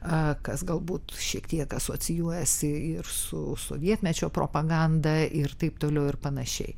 a kas galbūt šiek tiek asocijuojasi ir su sovietmečio propaganda ir taip toliau ir panašiai